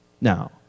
now